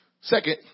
Second